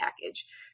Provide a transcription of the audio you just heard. package